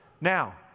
Now